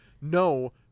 no